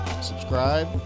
Subscribe